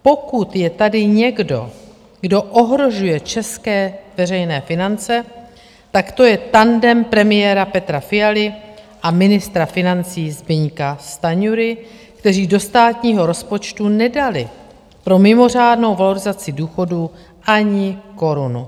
Pokud je tady někdo, kdo ohrožuje české veřejné finance, tak to je tandem premiéra Petra Fialy a ministra financí Zbyňka Stanjury, kteří do státního rozpočtu nedali pro mimořádnou valorizaci důchodů ani korunu.